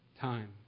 Time